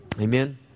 Amen